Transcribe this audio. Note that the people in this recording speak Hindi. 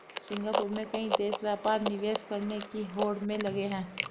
सिंगापुर में कई देश व्यापार निवेश करने की होड़ में लगे हैं